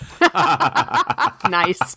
Nice